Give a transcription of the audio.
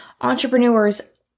entrepreneurs